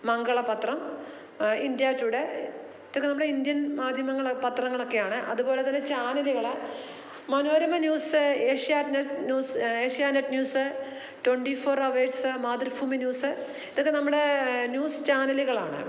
മംഗള പത്രം India today ഇതൊക്കെ നമ്മുടെ ഇന്ത്യൻ മാധ്യമങ്ങൾ പത്രങ്ങളൊക്കെയാണ് അതുപോലെ തന്നെ ചാനലുകൾ Manorama news Asianet news Asianet news twenty four hours Mathrubhumi news ഇതൊക്കെ നമ്മുടെ ന്യൂസ് ചാനലുകളാണ്